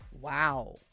Wow